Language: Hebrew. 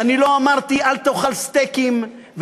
אל תאכל סטייקים,